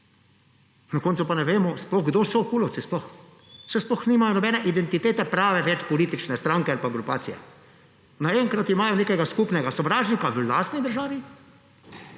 Na koncu pa ne vemo, kdo sploh so KUL-ovci. Saj sploh nimajo identitete prave več politične stranke ali pa grupacije. Naenkrat imajo nekega skupnega sovražnika v lastni državi